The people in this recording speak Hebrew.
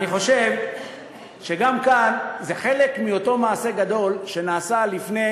אני חושב שגם כאן זה חלק מאותו מעשה גדול שנעשה לפני